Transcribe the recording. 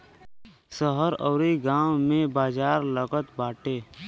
शहर अउरी गांव में बाजार लागत बाटे